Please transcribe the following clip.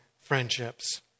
friendships